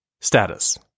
Status